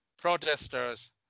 protesters